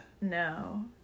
No